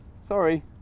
Sorry